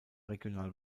regional